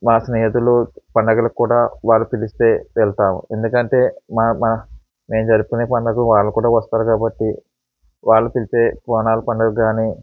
నా స్నేహితులు పండుగలకు కూడా వాళ్ళు పిలిస్తే వెళ్తాము ఎందుకంటే మా మేము జరుపుకునే పండుగలకు వాళ్ళు కూడా వస్తారు కాబట్టి వాళ్ళు పిలిచే బోనాల పండుగకు కానీ